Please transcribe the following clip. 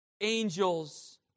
angels